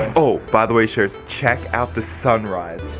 oh, by the way sharers, check out the sunrise.